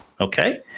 okay